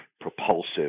propulsive